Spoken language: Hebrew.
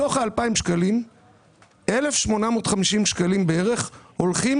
מתוך ה-2,000 שקלים 1,850 בערך הולכים